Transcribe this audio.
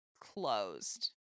closed